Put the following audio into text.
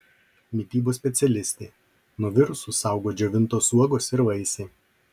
mitybos specialistė nuo virusų saugo džiovintos uogos ir vaisiai